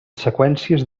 seqüències